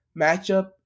matchup